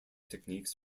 techniques